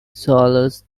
swallows